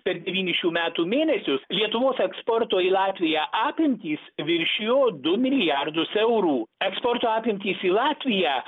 per devynis šių metų mėnesius lietuvos eksporto į latviją apimtys viršijo du milijardus eurų eksporto apimtys į latviją